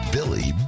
Billy